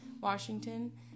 Washington